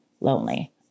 lonely